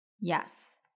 Yes